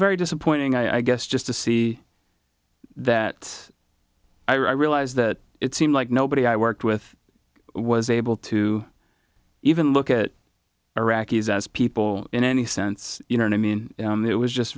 very disappointing i guess just to see that i realized that it seemed like nobody i worked with was able to even look at iraqis as people in any sense you know and i mean it was just